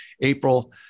April